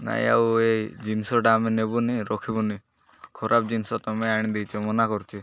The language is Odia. ନାଇଁ ଆଉ ଏହି ଜିନିଷଟା ଆମେ ନେବୁନି ରଖିବୁନି ଖରାପ ଜିନିଷ ତୁମେ ଆଣିଦେଇଛ ମନା କରୁଛି